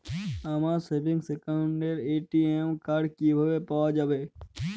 আমার সেভিংস অ্যাকাউন্টের ATM card কিভাবে পাওয়া যাবে?